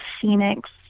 Phoenix